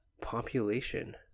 population